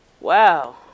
Wow